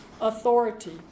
authority